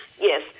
Yes